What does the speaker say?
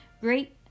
Great